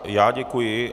Já děkuji.